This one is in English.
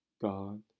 God